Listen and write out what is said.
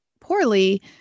poorly